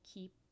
Keep